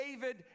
David